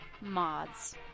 Mods